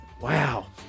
Wow